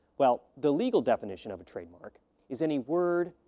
well, the legal definition of a trademark is any word,